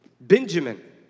Benjamin